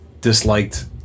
disliked